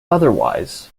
otherwise